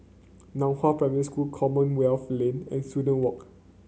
Nan Hua Primary School Commonwealth Lane and Student Walk